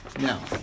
Now